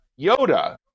Yoda